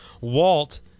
Walt